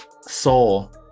Soul